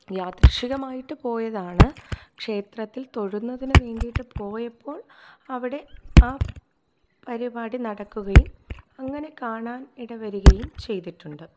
യാദൃശ്ചികമായിട്ട് പോയതാണ് ക്ഷേത്രത്തിൽ തൊഴുന്നതിന് വേണ്ടിയിട്ട് പോയപ്പോൾ അവിടെ ആ പരിപാടി നടക്കുകയും അങ്ങനെ കാണാൻ ഇട വരികയും ചെയ്തിട്ടുണ്ട്